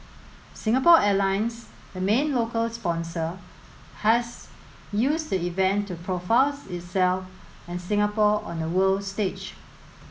Singapore Airlines the main local sponsor has used the event to profiles itself and Singapore on the world stage